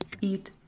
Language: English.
eat